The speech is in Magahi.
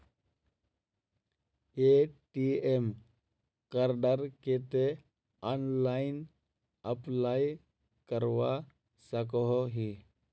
ए.टी.एम कार्डेर केते ऑनलाइन अप्लाई करवा सकोहो ही?